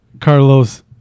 Carlos